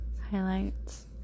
highlights